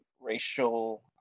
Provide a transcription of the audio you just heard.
racial